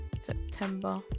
September